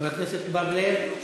חבר הכנסת בר-לב,